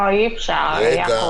לא, אי-אפשר, יעקב.